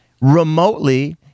remotely